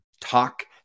talk